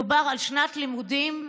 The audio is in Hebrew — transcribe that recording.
מדובר על שנת לימודים,